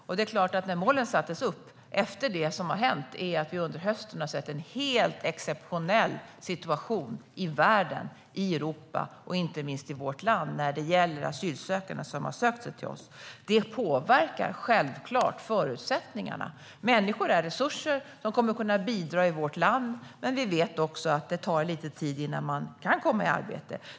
Det som hänt efter det att målen sattes upp är att vi under hösten har sett en helt exceptionell situation i världen, i Europa och inte minst i vårt land när det gäller asylsökande som sökt sig till oss. Det påverkar självklart förutsättningarna. Människor är resurser. De kommer att kunna bidra i vårt land. Men vi vet att det tar lite tid innan de kan komma i arbete.